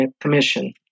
Commission